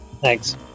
Thanks